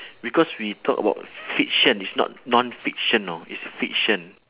because we talk about fiction is not non-fiction know is fiction